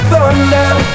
Thunder